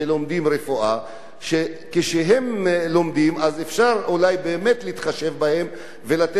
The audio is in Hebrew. שכשהם לומדים אפשר אולי באמת להתחשב בהם ולתת להם את האפשרות הזאת?